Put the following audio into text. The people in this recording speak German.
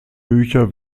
bücher